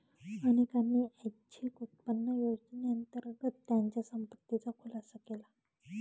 अनेकांनी ऐच्छिक उत्पन्न योजनेअंतर्गत त्यांच्या संपत्तीचा खुलासा केला